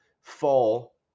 fall